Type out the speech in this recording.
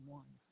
one